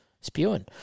spewing